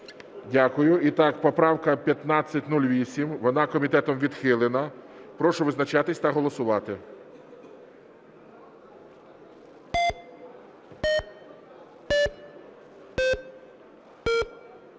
Дякую. І так, поправка 1508, вона комітетом відхилена. Прошу визначатись та голосувати.